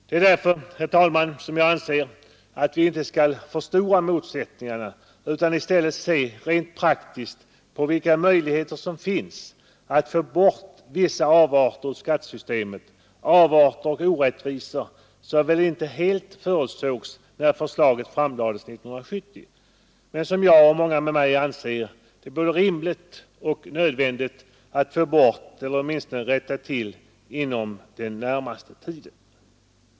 Det är därför, herr talman, som jag anser att vi inte bör förstora motsättningarna utan i stället se rent praktiskt på vilka möjligheter som finns att få bort vissa avarter ur skattesystemet — avarter och orättvisor, som väl inte helt förutsågs när förslaget framlades 1970, men som både jag och många med mig anser det vara både rimligt och nödvändigt att få bort eller åtminstone rättade inom den närmaste tiden.